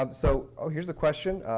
um so oh, here's a question.